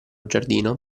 giardino